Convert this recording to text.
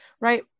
right